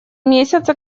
месяца